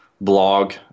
blog